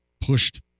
pushed